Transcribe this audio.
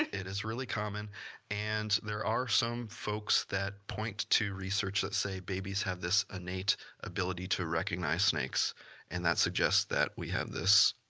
it is really common and there are some folks that point to research that say babies have this innate ability to recognize snakes and that suggests that we have this.